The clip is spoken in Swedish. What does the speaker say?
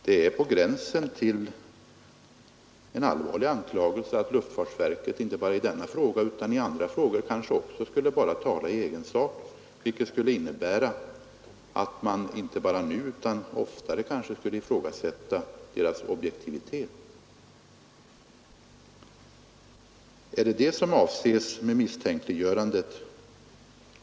Det är på gränsen till en allvarlig anklagelse att luftfartsverket inte bara i denna fråga utan kanske också i andra frågor vilket skulle innet ra att man inte bara nu endast skulle tala i egen sak utan kanske oftare skulle ifrågasätta dess objektivitet. Är det det som avses med misstänkliggörandet?